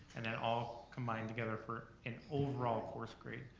and then all combine together for an overall course grade,